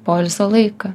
poilsio laiką